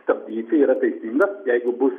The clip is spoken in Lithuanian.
stabdyti yra teisingas jeigu bus